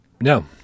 No